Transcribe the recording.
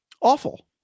Awful